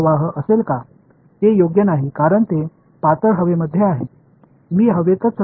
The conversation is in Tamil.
எனவே அனுமான சூழ்நிலையில் ஒரு காந்த மின்னோட்டம் இருக்குமா என்று அவர்கள் கேட்கிறார்கள்